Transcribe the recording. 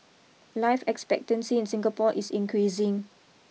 life expectancy in Singapore is increasing